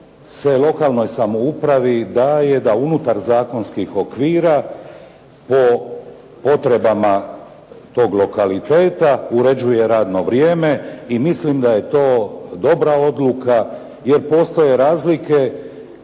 lokalnoj samoupravi daje da unutar zakonskih okvira po potrebama tog lokaliteta uređuje radno vrijeme i mislim da je to dobra odluka jer postoje razlike